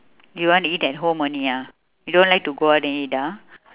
you want to eat at home only ah you don't like to go out and eat ah